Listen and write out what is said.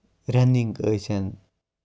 رَنِگ ٲسِنۍ